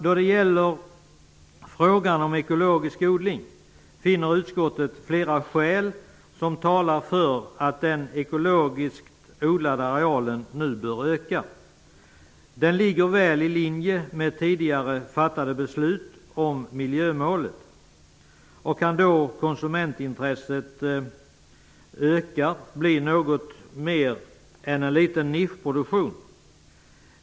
Då det gäller frågan om ekologisk odling finner utskottet flera skäl som talar för att den ekologiskt odlade arealen nu bör öka. Detta ligger väl i linje med tidigare fattade beslut om miljömålet. Och kan då konsumentintresset bli något större, blir det mer än en liten nischproduktion.